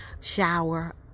shower